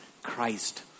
Christ